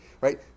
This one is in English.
Right